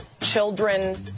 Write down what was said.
children